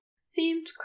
seemed